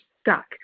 stuck